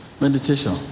Meditation